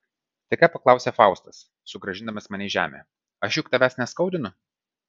staiga paklausė faustas sugrąžindamas mane į žemę aš juk tavęs neskaudinu